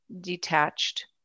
detached